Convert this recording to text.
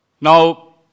Now